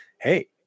hey